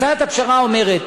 הצעת הפשרה אומרת,